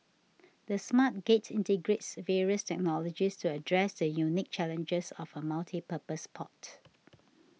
the Smart Gate integrates various technologies to address the unique challenges of a multipurpose port